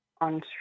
on